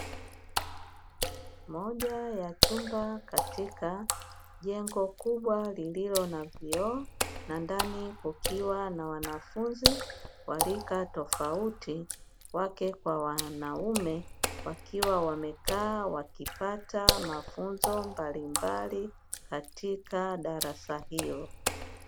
Moja ya chumba katika jengo kubwa lililo na vioo na ndani kukiwa na wanafunzi wa rika tofauti wake kwa wanaume, wakiwa wamekaa wakipata mafunzo mbalimbali katika darasa hilo.